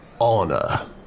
Honor